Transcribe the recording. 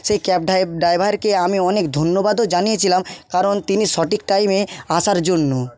সেই ক্যাব ড্রাইভারকে আমি অনেক ধন্যবাদও জানিয়েছিলাম কারণ তিনি সঠিক টাইমে আসার জন্য